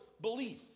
belief